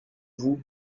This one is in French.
vous